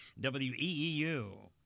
WEEU